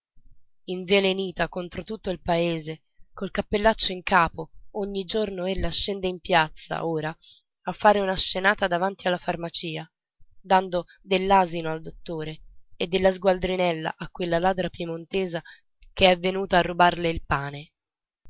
lei invelenita contro tutto il paese col cappellaccio in capo ogni giorno ella scende in piazza ora a fare una scenata davanti la farmacia dando dell'asino al dottore e della sgualdrinella a quella ladra piemontesa che è venuta a rubarle il pane